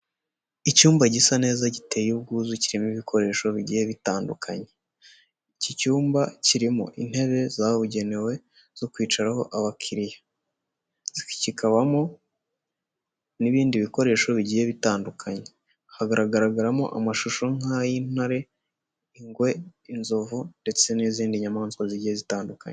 Icyumba gisa neza giteye ubwuzu kirimo ibikoresho bigiye bitandukanye iki cyumba kirimo intebe zabugenewe zo kwicaraho abakiriya kikabamo n'ibindi bikoresho bigiye bitandukanye hagaragaramo amashusho nk'ay'intare, ingwe, inzovu ndetse n'izindi nyamaswa zigiye zitandukanye.